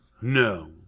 No